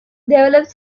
developed